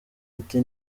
ati